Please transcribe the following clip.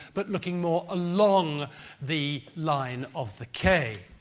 but looking more along the line of the quai.